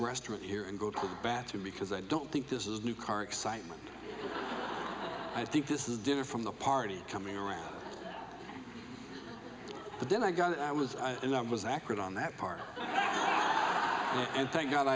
restaurant here and go to the bathroom because i don't think this is new car excitement i think this is dinner from the party coming around but then i got i was and i was accurate on that part and thank god